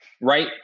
right